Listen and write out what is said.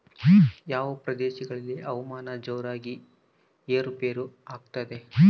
ಯಾವ ಪ್ರದೇಶಗಳಲ್ಲಿ ಹವಾಮಾನ ಜೋರಾಗಿ ಏರು ಪೇರು ಆಗ್ತದೆ?